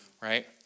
right